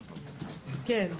--- כן.